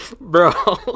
Bro